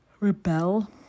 Rebel